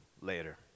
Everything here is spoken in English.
later